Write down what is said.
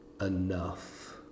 enough